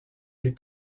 les